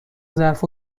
ظرف